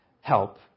help